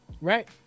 Right